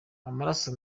amaraso